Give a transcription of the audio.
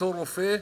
ואותו רופא,